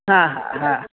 हा हा हा